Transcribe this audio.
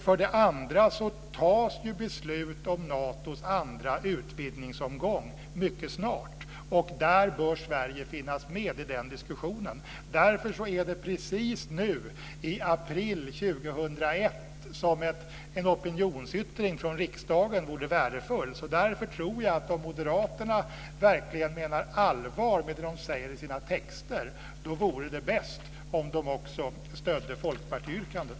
För det andra tas ju beslut om Natos andra utvidgningsomgång mycket snart, och Sverige bör finnas med i den diskussionen. Därför är det precis nu, i april 2001, som en opinionsyttring från riksdagen vore värdefull. Därför tror jag att om moderaterna verkligen menar allvar med det som de säger i sina texter vore det bäst om de också stödde folkpartiyrkandet.